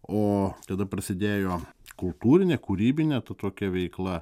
o tada prasidėjo kultūrinė kūrybinė ta tokia veikla